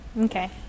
Okay